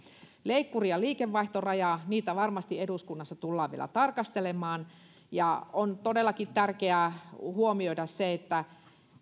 leikkuri ja liikevaihtorajoja varmasti eduskunnassa tullaan vielä tarkastelemaan on todellakin tärkeää huomioida se että